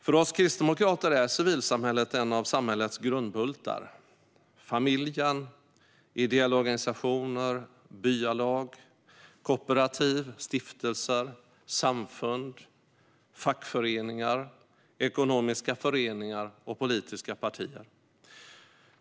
För oss kristdemokrater är civilsamhället en av samhällets grundbultar - familjen, ideella organisationer, byalag, kooperativ, stiftelser, samfund, fackföreningar, ekonomiska föreningar och politiska partier.